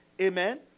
Amen